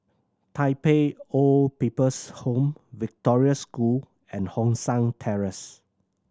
Tai Pei Old People's Home Victoria School and Hong San Terrace